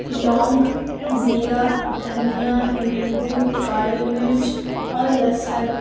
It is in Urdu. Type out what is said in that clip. لونگ زیرا دھنیا نیمبو کالی مرچ اور لہسن